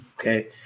Okay